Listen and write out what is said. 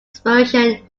inspiration